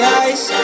eyes